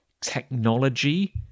technology